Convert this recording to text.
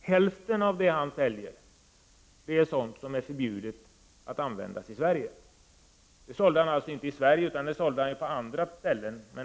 hälften av det han säljer är förbjudet att använda i Sverige. Detta var alltså varor som han inte sålde i Sverige utan i andra länder.